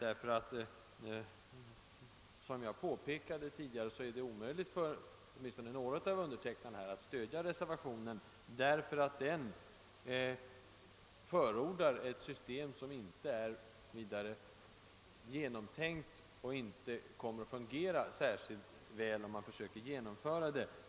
Jag påpekade nämligen tidigare att det är omöjligt för några av undertecknarna att stödja reservationen, eftersom den förordar ett system som inte är genomtänkt och inte kommer att fungera särskilt väl om man försöker genomföra det.